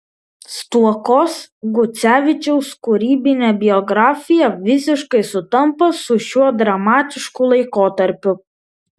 stuokos gucevičiaus kūrybinė biografija visiškai sutampa su šiuo dramatišku laikotarpiu